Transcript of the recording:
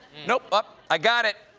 nope. but i got it.